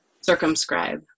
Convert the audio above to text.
Circumscribe